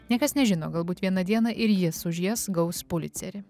niekas nežino galbūt vieną dieną ir jis už jas gaus pulicerį